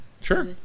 Sure